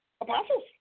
apostles